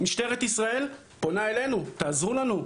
משטרת ישראל פונה אלינו ומבקשת שנעזור להם,